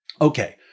Okay